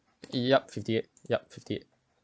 yup fifty eight yup fifty eight